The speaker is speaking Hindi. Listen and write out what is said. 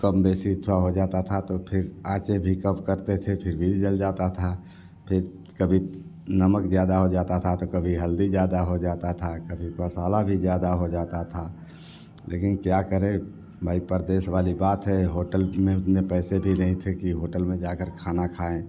कम बेसी थोड़ा हो जाता था तो फिर आँच भी कम करते थे फिर भी जल जाता था फिर कभी नमक ज्यादा हो जाता था तो कभी हल्दी ज्यादा हो जाता था कभी मसाला भी ज्यादा हो जाता था लेकिन क्या करें भई परदेस वाली बात है होटल में उतने पैसे भी नहीं थे कि होटल में जाकर के खाना खाएँ